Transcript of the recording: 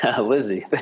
Lizzie